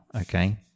okay